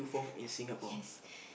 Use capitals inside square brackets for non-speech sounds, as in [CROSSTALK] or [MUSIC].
[LAUGHS] yes